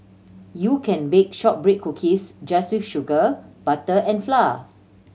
you can bake shortbread cookies just with sugar butter and flour